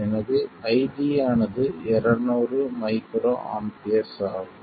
எனவே ID ஆனது 200 microamperes ஆகும்